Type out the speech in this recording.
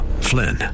Flynn